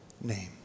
name